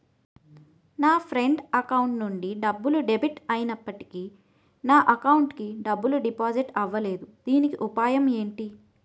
నా friend account నుండి డబ్బు డెబిట్ అయినప్పటికీ నా అకౌంట్ కి డబ్బు డిపాజిట్ అవ్వలేదుదీనికి ఉపాయం ఎంటి?